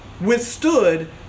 withstood